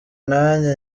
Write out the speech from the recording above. nanjye